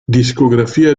discografia